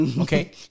Okay